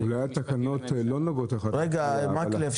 אולי התקנות לא נוגעות --- רגע, מקלב.